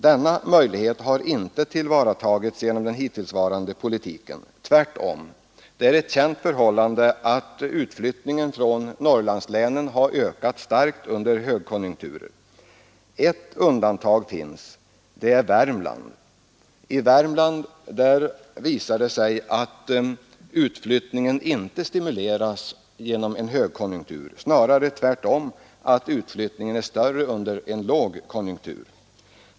Denna möjlighet har inte tillvaratagits genom den hittillsvarande politiken, tvärtom. Det är ett känt förhållande att utflyttningen från Norrlandslänen har ökat starkt under goda konjunkturer. Ett undantag finns — det är Värmland, I Värmland visar det sig att utflyttningen inte stimuleras genom en högkonjunktur, snarare tvärtom. Utflyttningen har ökat under perioder med sysselsättningssvårigheter i vårt land.